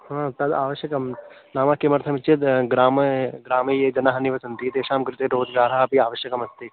हा तद् आवश्यकं नाम किमर्थम् इति चेत् ग्रामे ग्रामे ये जनाः निवसन्ति तेषां कृते रोज्गारः अपि आवश्यकमस्ति